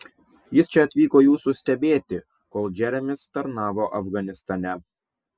jis čia atvyko jūsų stebėti kol džeremis tarnavo afganistane